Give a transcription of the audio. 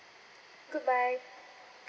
goodbye